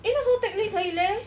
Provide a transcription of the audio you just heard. eh 那时候 teck lee 可以 leh